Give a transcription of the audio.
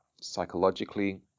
psychologically